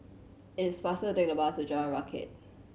it is faster take the bus to Jalan Rakit